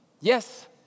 Yes